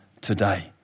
today